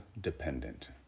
dependent